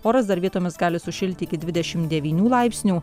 oras dar vietomis gali sušilti iki dvidešim devynių laipsnių